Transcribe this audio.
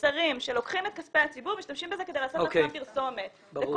שרים שלוקחים את כספי הציבור ומשתמשים בו כדי לעשות לעצמם פרסומת בכל